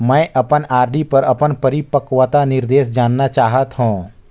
मैं अपन आर.डी पर अपन परिपक्वता निर्देश जानना चाहत हों